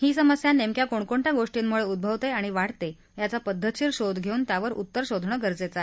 ही समस्या नेमक्या कोणकोणत्या गोष्टींमुळे उद्रवते आणि वाढते याचा पद्धतशीर शोध घेऊन त्यावर उत्तर शोधणं गरजेचं आहे